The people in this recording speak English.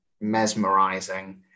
mesmerizing